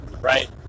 right